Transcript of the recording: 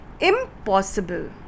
impossible